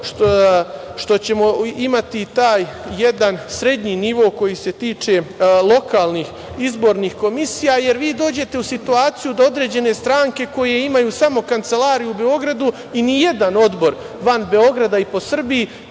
što ćemo imati taj jedan srednji nivo koji se tiče lokalnih izbornih komisija, jer vi dođete u situaciju da određene stranke koje imaju samo kancelarije u Beogradu i nijedan odbor van Beograda i po Srbiji